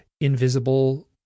invisible